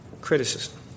Criticism